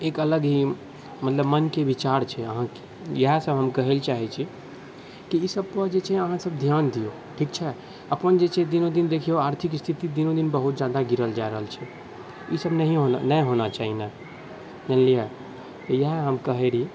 एक अलग ही मतलब मनके विचार छै अहाँके इएहसब हम कहैलए चाहै छी कि ईसबपर जे छै अहाँसब धिआन दिऔ ठीक छै अपन जे छै दिनोदिन देखिऔ आर्थिक स्थिति दिनोदिन बहुत ज्यादा गिरल जा रहल छै ईसब नहि होना चाही ने मानिलिअ तऽ इएह हम कहै रही